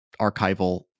archival